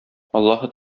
аллаһы